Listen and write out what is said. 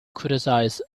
criticize